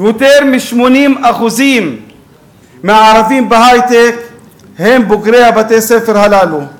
יותר מ-80% מהערבים בהיי-טק הם בוגרי בתי-הספר הללו.